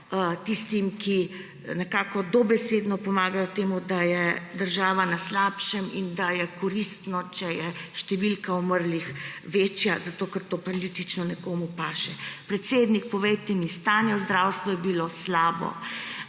tistim, ki dobesedno pomagajo temu, da je država na slabšem in da je koristno, če je številka umrlih večja, zato ker to politično nekomu paše. Predsednik, povejte mi, stanje v zdravstvu je bilo slabo,